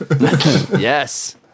Yes